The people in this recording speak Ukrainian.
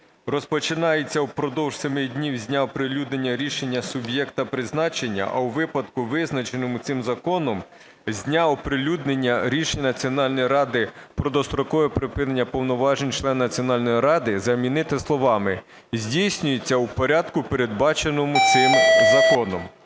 "розпочинається упродовж 7 днів з дня оприлюднення рішення суб'єкта призначення, а у випадку, визначеному цим законом – з дня оприлюднення рішення Національної ради про дострокове припинення повноважень члена Національної ради" замінити словами "здійснюється у порядку, передбаченому цим законом".